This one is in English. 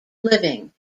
living